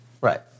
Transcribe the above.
Right